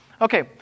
Okay